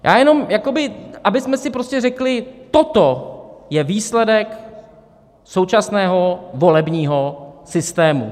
Já jenom, abychom si prostě řekli: toto je výsledek současného volebního systému.